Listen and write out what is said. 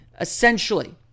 essentially